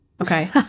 Okay